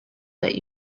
that